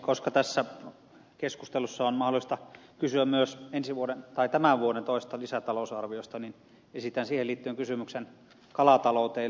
koska tässä keskustelussa on mahdollista kysyä myös tämän vuoden toisesta lisätalousarviosta niin esitän siihen liittyen kysymyksen kalataloudesta